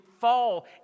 fall